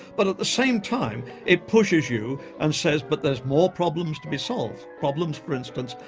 but at the same time it pushes you and says but there's more problems to be solved, problems, for instance,